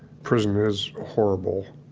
prison is horrible